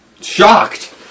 Shocked